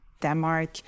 Denmark